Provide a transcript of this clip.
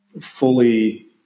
fully